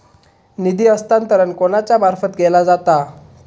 निधी हस्तांतरण कोणाच्या मार्फत केला जाता?